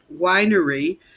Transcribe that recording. Winery